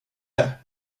det